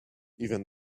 even